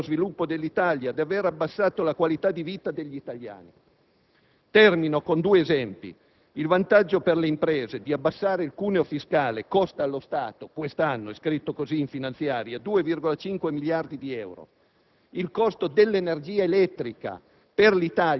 Aver bloccato questa azione significa aver impedito lo sviluppo dell'Italia ed aver abbassato la qualità di vita degli italiani. Termino con due esempi. Il vantaggio per le imprese di abbassare il cuneo fiscale costa allo Stato quest'anno - è scritto così in finanziaria - circa 2,5 miliardi di euro.